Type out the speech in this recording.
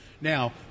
Now